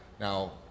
Now